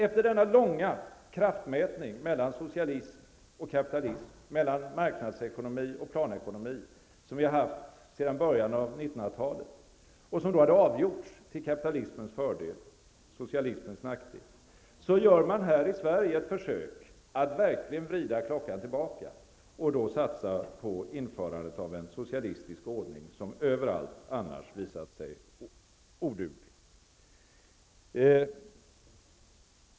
Efter denna långvariga kraftmätning mellan socialism och kapitalism, mellan marknadsekonomi och planekonomi, som pågått sedan början av 1900 talet och som då hade avgjorts till kapitalismens fördel och till socialismens nackdel, gör man här i Sverige verkligen ett försök att vrida klockan tillbaka och satsa på införandet av en socialistisk ordning, som överallt annars har visat sig oduglig.